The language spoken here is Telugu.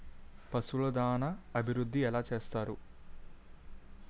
పశువులకు దాన అభివృద్ధి ఎలా చేస్తారు?